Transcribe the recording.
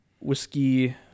whiskey